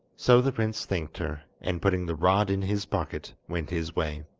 so the prince thanked her, and putting the rod in his pocket, went his way.